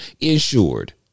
insured